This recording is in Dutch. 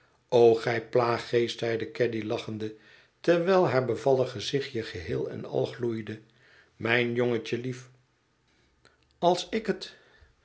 o gij plaaggeest zeide caddy lachende terwijl haar bevallig gezichtje geheel en al gloeide mijn jongetje lief als ik het